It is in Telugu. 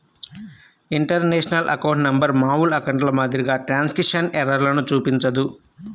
ఇంటర్నేషనల్ అకౌంట్ నంబర్ మామూలు అకౌంట్ల మాదిరిగా ట్రాన్స్క్రిప్షన్ ఎర్రర్లను చూపించదు